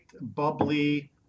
bubbly